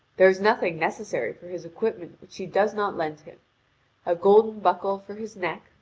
there is nothing necessary for his equipment she does not lend to him a golden buckle for his neck,